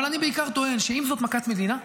אבל אני בעיקר טוען שאם זאת מכת מדינה,